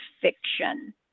fiction